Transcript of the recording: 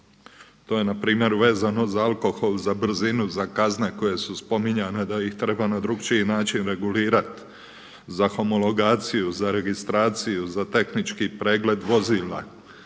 To je npr. vezano za alkohol, za brzinu, za kazne koje su spominjane da ih treba na drukčiji način regulirati. Za homologaciju, za registraciju, za tehnički pregled vozila.